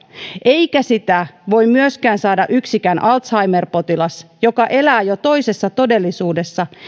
eikä sitä voi myöskään saada yksikään alzheimer potilas joka elää jo toisessa todellisuudessa